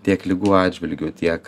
tiek ligų atžvilgiu tiek